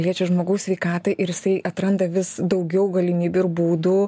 liečia žmogaus sveikatą ir jisai atranda vis daugiau galimybių ir būdų